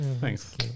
Thanks